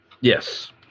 Yes